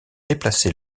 déplacé